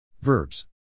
Verbs